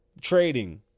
trading